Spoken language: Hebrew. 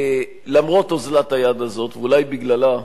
למרות אוזלת היד הזאת, ואולי בגללה,